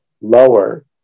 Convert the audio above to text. lower